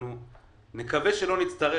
נקווה שלא נצטרך,